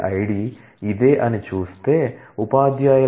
ID ఇదే అని చూస్తే ఉపాధ్యాయులు